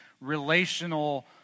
relational